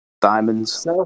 Diamonds